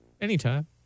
Anytime